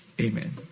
Amen